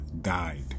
died